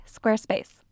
Squarespace